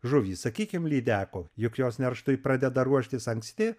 žuvys sakykim lydeko juk jos nerštui pradeda ruoštis anksti